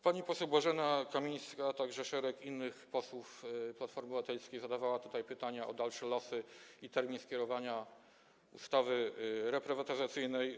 Pani poseł Bożena Kamińska, a także wielu innych posłów Platformy Obywatelskiej zadawali tutaj pytania o dalsze losy i termin skierowania ustawy reprywatyzacyjnej.